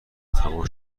تموم